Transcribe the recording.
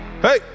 Hey